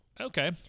Okay